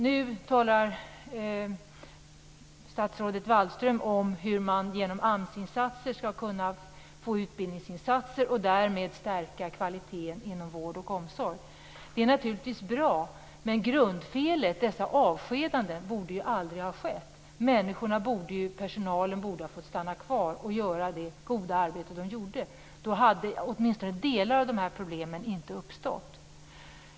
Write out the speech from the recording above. Nu talar statsrådet Wallström om hur man genom AMS-insatser skall kunna få fram utbildningsinsatser och därmed stärka kvaliteten inom vård och omsorg. Det är naturligtvis bra. Men grundfelet, dessa avskedanden, borde aldrig ha skett. Personalen borde ha fått stanna kvar för att utföra det goda arbete som de gjorde. I så fall hade åtminstone delar av problemen inte uppstått.